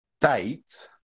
date